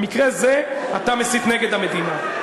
במקרה הזה אתה מסית נגד המדינה.